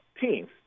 teams